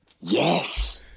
Yes